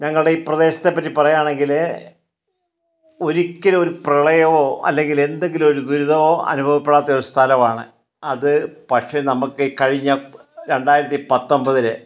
ഞങ്ങളുടെ ഈ പ്രദേശത്തെ പറ്റി പറയുകയാണെങ്കിൽ ഒരിക്കലും ഒരു പ്രളയമോ അല്ലെങ്കിൽ എന്തെങ്കിലും ഒരു ദുരിതവോ അനുഭവപ്പെടാത്ത ഒരു സ്ഥലമാണ് അത് പക്ഷേ നമുക്ക് ഈ കഴിഞ്ഞ രണ്ടായിരത്തി പത്തൊമ്പതിലെ